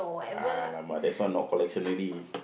!alamak! there's one not collection already